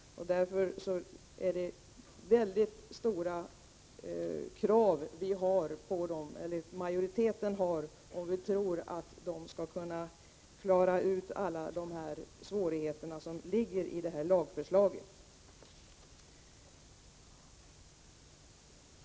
Därför är det mycket stora krav som majoriteten har, om man tror att de skall kunna klara ut alla de svårigheter som ligger i det här lagförslaget.